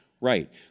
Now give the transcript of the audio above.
Right